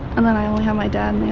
and then i only have my dad and they